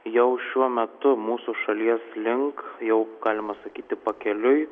jau šiuo metu mūsų šalies link jau galima sakyti pakeliui